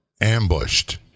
ambushed